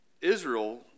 Israel